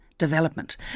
development